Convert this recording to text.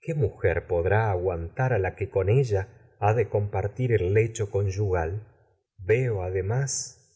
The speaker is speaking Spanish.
qué mujer podrá lecho aguantar a la que con ella ha de la compartir el flor de la ju conyugal veo además